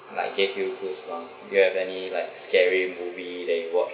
like gave you goosebumps do you have any like scary movie that you watch